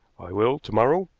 i will to-morrow,